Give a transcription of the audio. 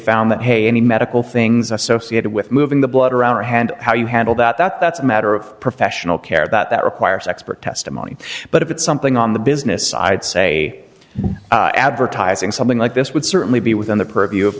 found that hey any medical things associated with moving the blood around her hand how you handle that that that's a matter of professional care that requires expert testimony but if it's something on the business side say advertising something like this would certainly be within the purview of